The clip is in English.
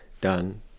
done